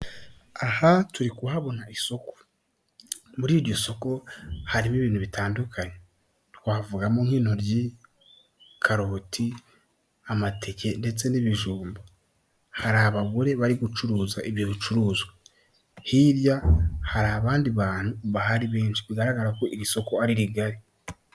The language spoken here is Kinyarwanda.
Aha turikuhabona isoko muri iryo soko harimo ibintu bitandukanye twavugamo nk'intoryi, karoti, amateke ndetse n'ibijumba hari abagore bari gucuruza ibyo bicuruzwa hirya hari abandi bantu bahari benshi bagaragara ko iri soko ari rigari.